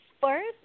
first